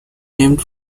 named